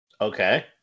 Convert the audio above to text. Okay